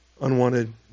unwanted